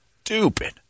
stupid